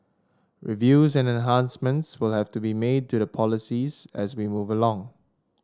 reviews and enhancements will have to be made to the policies as we move along